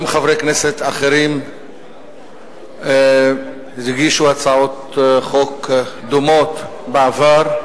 גם חברי כנסת אחרים הגישו הצעות חוק דומות בעבר.